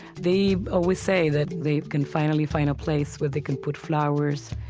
they always say that they can finally find a place where they can put flowers,